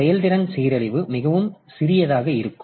செயல்திறன் சீரழிவு மிகவும் சிறியதாக இருக்கும்